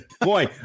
Boy